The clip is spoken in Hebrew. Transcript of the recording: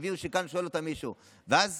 הבינו שכאן מישהו שואל אותם.